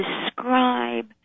describe